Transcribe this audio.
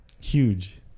huge